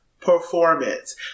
performance